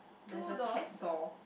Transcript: there's a cat door